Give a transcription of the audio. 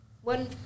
one